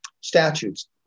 statutes